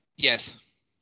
Yes